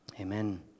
Amen